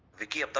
vicky? but